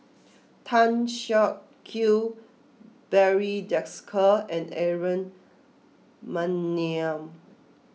Tan Siak Kew Barry Desker and Aaron Maniam